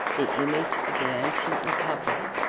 the image of the ancient republic,